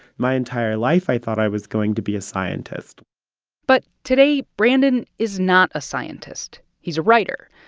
my entire life, i thought i was going to be a scientist but today brandon is not a scientist. he's a writer.